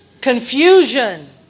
confusion